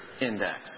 index